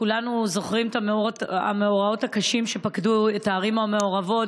כולנו זוכרים את המאורעות הקשים שפקדו את הערים המעורבות,